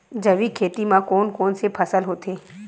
जैविक खेती म कोन कोन से फसल होथे?